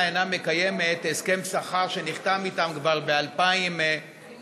אינה מקיימת הסכם שכר שנחתם איתם כבר ב-2010,